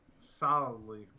solidly